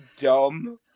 dumb